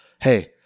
hey